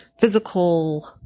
physical